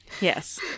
Yes